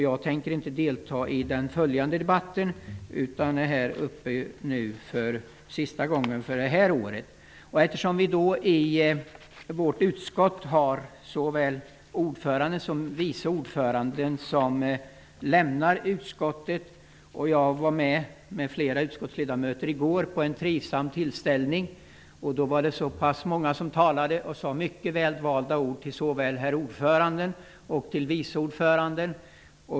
Jag tänker inte delta i den följande debatten utan är här uppe för sista gången för det här året. Såväl ordföranden som vice ordföranden i vårt utskott lämnar det. Jag och flera utskottsledamöter var i går på en trivsam tillställning. Då var det många som talade och sade mycket väl valda ord till såväl herr ordföranden som till vice ordföranden.